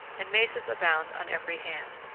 and mesas abound on every hand.